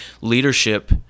leadership